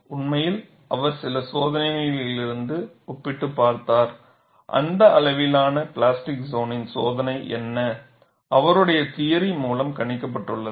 உண்மையில் அவர் சில சோதனைகளிலிருந்து ஒப்பிட்டுப் பார்த்தார் இந்த அளவிலான பிளாஸ்டிக் சோனின் சோதனை என்ன அவருடைய தியரி மூலம் கணிக்கப்பட்டுள்ளது